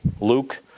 Luke